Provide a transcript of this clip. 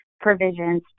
provisions